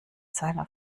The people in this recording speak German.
seiner